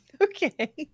Okay